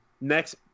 next